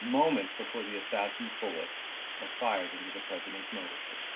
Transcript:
moments before the assassin's bullets are fired into the president's motorcade.